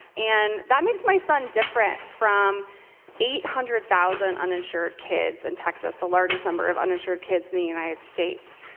and that makes my son different from eight hundred thousand uninsured kids in texas, the largest number of uninsured kids in the united states.